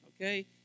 Okay